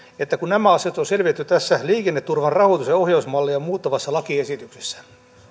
kun nämä asiat on selvitetty tässä liikenneturvan rahoitus ja ohjausmallia muuttavassa lakiesityksessä